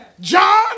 John